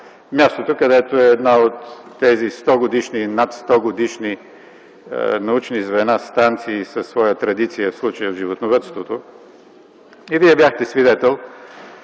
мястото, където е една от тези стогодишни и над стогодишни научни звена, станции със своя традиция, в случая – в животновъдството. Вие бяхте свидетел